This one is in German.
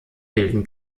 bilden